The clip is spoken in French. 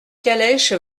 calèche